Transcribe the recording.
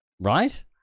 Right